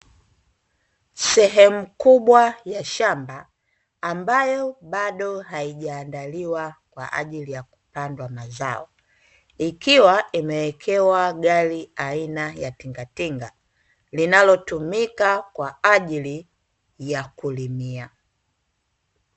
Sehemu kubwa ya shamba ambayo bado haijaandaliwa kwa ajili ya kupandwa mazao, ikiwa imewekewa gari aina ya tingatinga linalotumika kwa ajili ya kulimia.